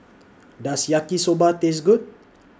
Does Yaki Soba Taste Good